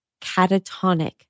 catatonic